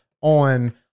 on